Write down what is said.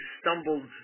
stumbled